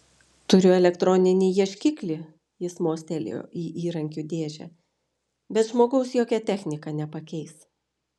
turiu elektroninį ieškiklį jis mostelėjo į įrankių dėžę bet žmogaus jokia technika nepakeis